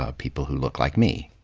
ah people who look like me.